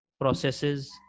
Processes